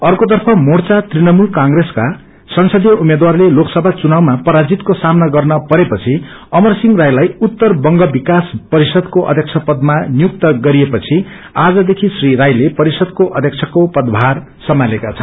अर्कोतर्फ मोर्चा तृणमूल क्व्रेस्का संसीय उम्मेद्वारले लोकसभा चुनावमा पराजितको सामना गर्न परेपछि अमर सिंह राईलाई उत्तर बंगाल विकास परिषदको अध्यक्ष पदमा नियुक्त गरिएपछि आजदेखि श्री राईले परिषदको अध्यक्षको पद भार संमालेका छन्